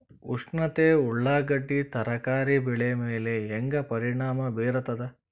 ಉಷ್ಣತೆ ಉಳ್ಳಾಗಡ್ಡಿ ತರಕಾರಿ ಬೆಳೆ ಮೇಲೆ ಹೇಂಗ ಪರಿಣಾಮ ಬೀರತದ?